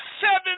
seven